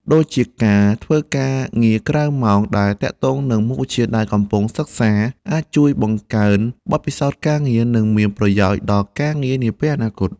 ដូចជាការធ្វើការងារក្រៅម៉ោងដែលទាក់ទងនឹងមុខវិជ្ជាដែលកំពុងសិក្សា អាចជួយបង្កើនបទពិសោធន៍ការងារ និងមានប្រយោជន៍ដល់ការងារនាពេលអនាគត។